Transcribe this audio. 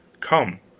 come,